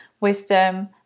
wisdom